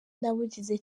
nabugize